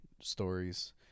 stories